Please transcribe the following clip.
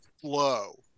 flow